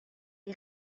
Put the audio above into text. est